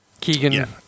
Keegan